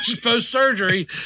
post-surgery